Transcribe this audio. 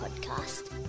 podcast